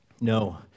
No